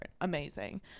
Amazing